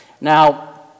Now